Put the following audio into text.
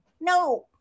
no